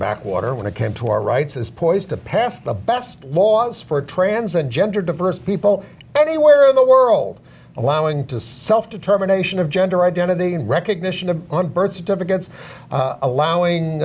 backwater when it came to our rights as poised to pass the best laws for trans and gender diverse people anywhere in the world allowing to self determination of gender identity and recognition of on birth certificates allowing